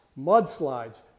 mudslides